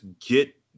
get